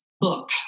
book